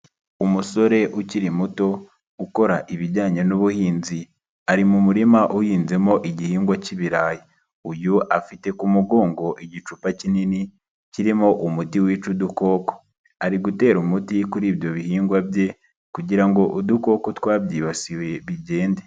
Umusore ukiri muto ukora ibijyanye n'ubuhinzi, ari mu murima uhinzemo igihingwa cy'ibirayi, uyu afite ku mugongo igicupa kinini kirimo umuti wica udukoko, ari gutera umuti kuri ibyo bihingwa bye kugira ngo udukoko twabyibasiwe bigende.